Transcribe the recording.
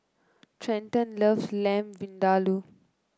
Trenten loves Lamb Vindaloo